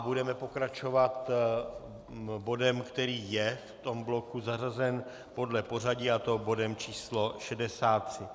Budeme pokračovat bodem, který je v tom bloku zařazen podle pořadí, a to bodem číslo 63.